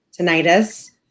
tinnitus